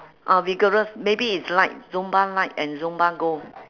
ah vigorous maybe it's light zumba light and zumba gold